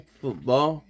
football